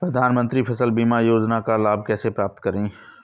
प्रधानमंत्री फसल बीमा योजना का लाभ कैसे प्राप्त करें?